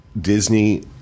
Disney